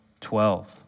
Twelve